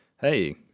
hey